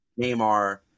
Neymar